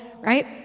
right